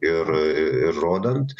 ir ir rodant